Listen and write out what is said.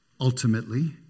Ultimately